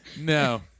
No